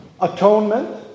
atonement